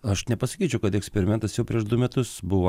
aš nepasakyčiau kad eksperimentas jau prieš du metus buvo